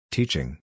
Teaching